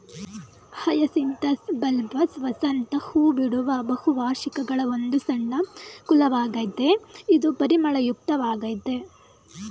hyacinthus bulbous ವಸಂತ ಹೂಬಿಡುವ ಬಹುವಾರ್ಷಿಕಗಳ ಒಂದು ಸಣ್ಣ ಕುಲವಾಗಯ್ತೆ ಇದು ಪರಿಮಳಯುಕ್ತ ವಾಗಯ್ತೆ